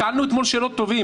שאלנו אתמול שאלות טובות,